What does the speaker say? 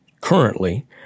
currently